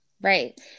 Right